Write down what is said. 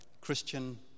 Christian